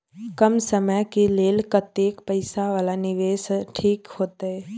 कम समय के लेल कतेक पैसा वाला निवेश ठीक होते?